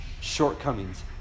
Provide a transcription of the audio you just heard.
shortcomings